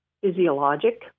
physiologic